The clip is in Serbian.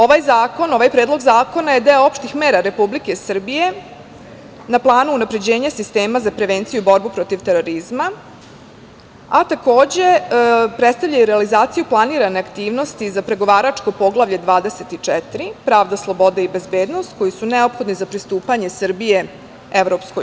Ovaj zakon, ovaj predlog zakona je deo opštih mera Republike Srbije na planu unapređenja sistema za prevenciju i borbu protiv terorizma, a takođe predstavlja i realizaciju planirane aktivnosti za pregovaračko Poglavlje 24 – pravda, sloboda i bezbednost, koji su neophodni za pristupanje Srbije u EU.